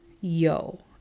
Yo